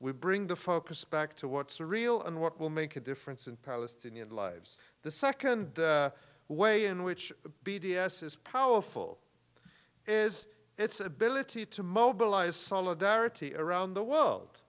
we bring the focus back to what surreal and what will make a difference in palestinian lives the second way in which the b d s is powerful is its ability to mobilize solidarity around the world